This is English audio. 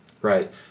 Right